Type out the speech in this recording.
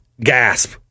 Gasp